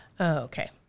Okay